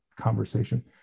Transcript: conversation